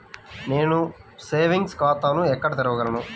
నేను సేవింగ్స్ ఖాతాను ఎక్కడ తెరవగలను?